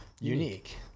unique